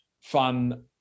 fun